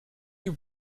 you